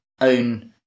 own